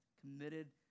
committed